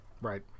right